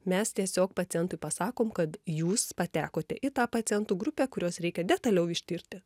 mes tiesiog pacientui pasakom kad jūs patekote į tą pacientų grupę kuriuos reikia detaliau ištirti